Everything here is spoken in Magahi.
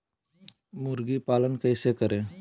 मुर्गी पालन कैसे करें?